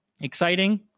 exciting